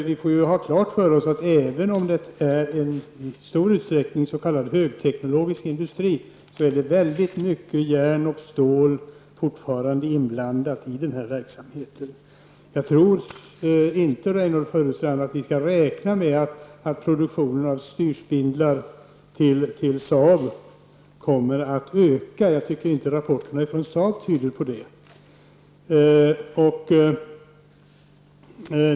Vi får ha klart för oss att även om det här i stor utsträckning är en s.k. högteknologisk industri, är den fortfarande i hög grad beroende av järn och stål för sin verksamhet. Jag tror inte, Reynoldh Furustrand, att vi skall räkna med att produktionen av styrspindlar till Saab kommer att öka. Jag tycker inte att rapporterna från Saab tyder på det.